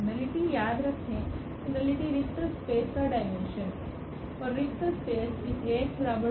nullity याद रखें कि नलिटी रिक्त स्पेस का डाइमेन्शन है और रिक्त स्पेस इसAx0का हल समुच्चय है